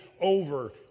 over